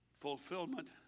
fulfillment